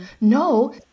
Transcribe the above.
No